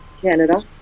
canada